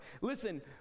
Listen